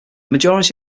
majority